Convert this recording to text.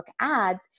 ads